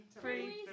Free